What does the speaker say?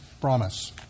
promise